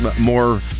more